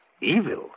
Evil